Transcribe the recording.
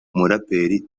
umuraperi